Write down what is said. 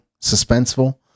suspenseful